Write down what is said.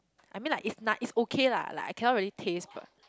I mean like it's noth~ it's okay lah like I cannot really taste but